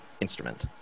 instrument